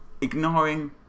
Ignoring